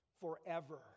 forever